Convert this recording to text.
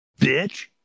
bitch